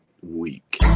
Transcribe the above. week